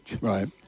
right